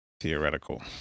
theoretical